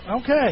okay